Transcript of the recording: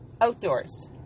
outdoors